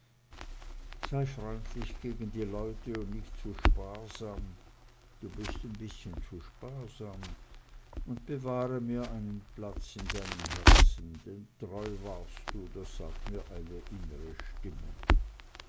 sei freundlich gegen die leute und nicht zu sparsam du bist ein bißchen zu sparsam und bewahre mir einen platz in deinem herzen denn treu warst du das sagt mir eine innere stimme